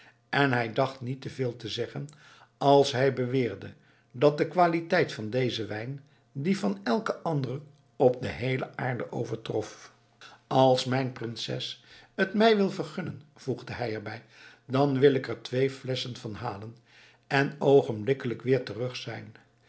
en hij dacht niet te veel te zeggen als hij beweerde dat de qualiteit van dezen wijn die van elken anderen op de heele aarde overtrof als mijn prinses het mij wil vergunnen voegde hij erbij dan wil ik er twee flesschen van halen en oogenblikkelijk weer terug zijn